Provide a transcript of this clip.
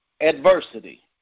adversity